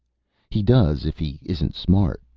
he does if he isn't smart,